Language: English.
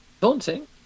Daunting